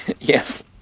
Yes